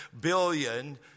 billion